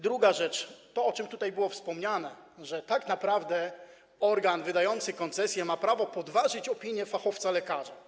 Druga rzecz to to, o czym tu było wspomniane, że tak naprawdę organ wydający koncesję ma prawo podważyć opinię fachowca lekarza.